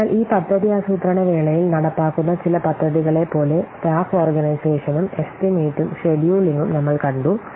അതിനാൽ ഈ പദ്ധതി ആസൂത്രണ വേളയിൽ നടപ്പാക്കുന്ന ചില പദ്ധതികളെപ്പോലെ സ്റ്റാഫ് ഓർഗനൈസേഷനും എസ്റ്റിമേറ്റും ഷെഡ്യൂളിംഗും നമ്മൾ കണ്ടു